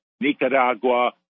Nicaragua